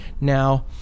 Now